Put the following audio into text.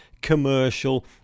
commercial